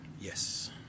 Yes